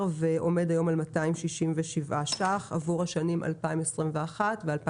ועומד היום על 267 שקלים עבור השנים 2021 ו-2022.